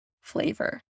flavor